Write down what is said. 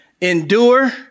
endure